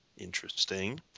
Interesting